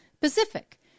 Pacific